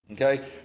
Okay